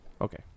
Okay